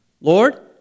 Lord